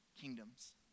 kingdoms